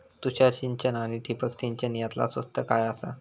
तुषार सिंचन आनी ठिबक सिंचन यातला स्वस्त काय आसा?